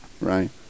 right